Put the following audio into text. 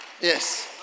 Yes